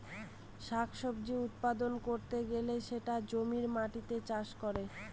শাক সবজি উৎপাদন করতে গেলে সেটা জমির মাটিতে চাষ করে